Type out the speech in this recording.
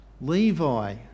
Levi